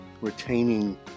retaining